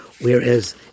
whereas